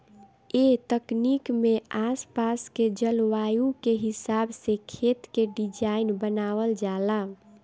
ए तकनीक में आस पास के जलवायु के हिसाब से खेत के डिज़ाइन बनावल जाला